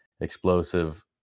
explosive